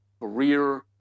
career